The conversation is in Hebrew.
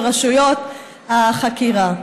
ברשויות החקירה.